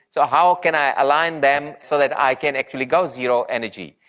so how can i align them so that i can actually go zero energy?